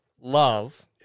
love